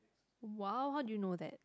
!wow! how do you know that